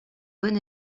bon